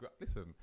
listen